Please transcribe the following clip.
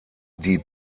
die